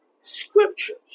Scriptures